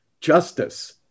justice